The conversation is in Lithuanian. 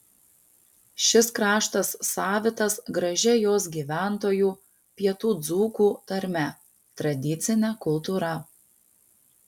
šis kraštas savitas gražia jos gyventojų pietų dzūkų tarme tradicine kultūra